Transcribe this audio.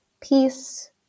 peace